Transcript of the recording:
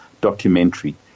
documentary